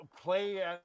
play